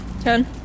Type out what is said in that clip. Ten